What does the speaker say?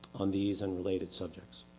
on these and related subjects.